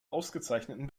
ausgezeichneten